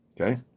Okay